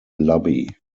lobby